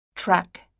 Track